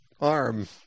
arm